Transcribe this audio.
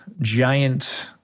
giant